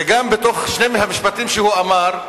וגם בתוך שני המשפטים שהוא אמר,